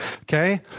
okay